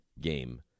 game